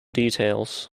details